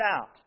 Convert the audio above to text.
out